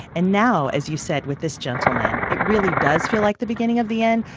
and now, as you said, with this gentleman, it really does feel like the beginning of the end.